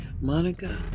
Monica